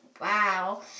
Wow